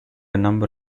number